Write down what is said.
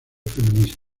feminista